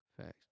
Facts